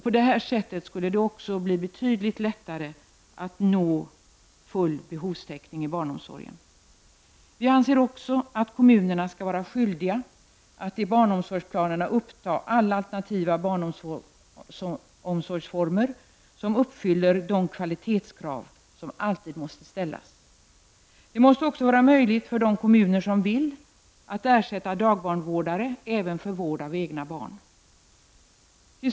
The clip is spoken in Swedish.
På det sättet skulle det bli betydligt lättare att nå full behovstäckning i barnomsorgen. Vi anser vidare att kommunerna skall vara skyldiga att i barnomsorgsplaneringen uppta alla alternativa barnomsorgsformer som uppfyller de kvalitetskrav som alltid måste ställas. Det måste också vara möjligt för kommuner som det vill att ge ersättning till dagbarnvårdare även för vård av egna barn.